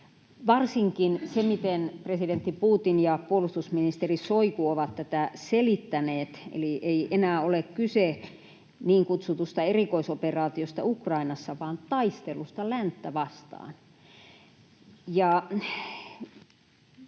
varsinkin se, miten presidentti Putin ja puolustusministeri Šoigu ovat tätä selittäneet. Eli ei enää ole kyse niin kutsutusta erikoisoperaatiosta Ukrainassa, vaan taistelusta länttä vastaan.